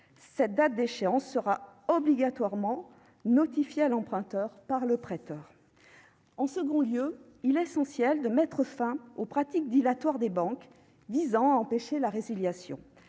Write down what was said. Cette date sera obligatoirement notifiée à l'emprunteur par le prêteur. En second lieu, il est essentiel de mettre fin aux pratiques dilatoires des banques visant à empêcher la résiliation.